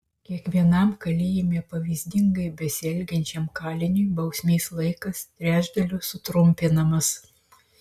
kiekvienam kalėjime pavyzdingai besielgiančiam kaliniui bausmės laikas trečdaliu sutrumpinamas